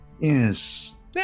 Yes